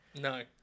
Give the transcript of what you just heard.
No